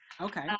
Okay